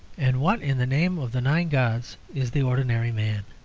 and what, in the name of the nine gods, is the ordinary man?